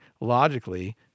logically